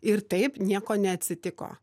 ir taip nieko neatsitiko